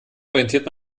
orientiert